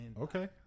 Okay